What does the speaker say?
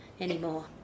anymore